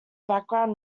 background